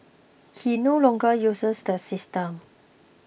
he no longer uses the system